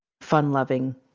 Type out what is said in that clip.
fun-loving